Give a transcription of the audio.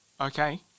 okay